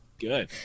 Good